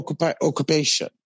Occupation